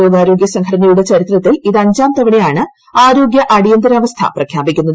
ലോകാരോഗ്യ സംഘടനയുടെ ചരിത്രത്തിൽ ഇത് അഞ്ചാം തവണയാണ് ആരോഗ്യ അടിയന്തിരാവസ്ഥ പ്രഖ്യാപിക്കുന്നത്